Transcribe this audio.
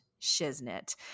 shiznit